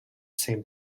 same